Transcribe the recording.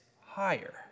higher